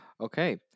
Okay